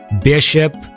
Bishop